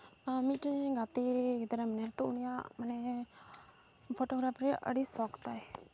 ᱢᱤᱫᱴᱮᱱ ᱜᱟᱛᱮ ᱜᱤᱫᱽᱨᱟᱹ ᱢᱮᱱᱟᱭᱟ ᱛᱚ ᱩᱱᱤᱭᱟᱜ ᱢᱟᱱᱮ ᱯᱷᱚᱴᱳᱜᱨᱟᱯᱷᱤ ᱨᱮᱭᱟᱜ ᱟᱹᱰᱤ ᱥᱚᱠ ᱛᱟᱭ